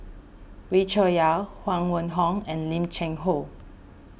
Wee Cho Yaw Huang Wenhong and Lim Cheng Hoe